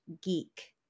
geek